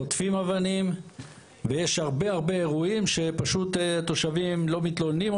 חוטפים אבנים ויש הרבה הרבה אירועים שפשוט התושבים לא מתלוננים,